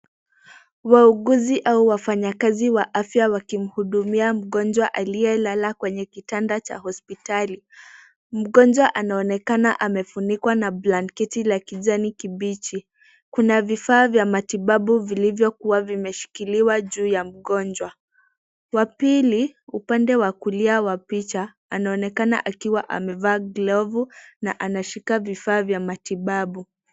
Wauguzi au wafanyakazi wa afya wakimuhudumia mgonjwa aliyelala kwenye kitanda cha hospitali. Mgonjwa anaonekana amefunikwa na blanketi la kijani kibichi. Kuna vifaa vya matibabu vilivyokuwa vimeshikiliwa juu ya mgonjwa. Wa pili, upande wa kulia wa picha anaonekana akiwa amevaa glovu na anashika vifaa vya matibabu.